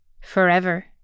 forever